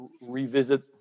revisit